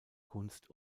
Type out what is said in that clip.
kunst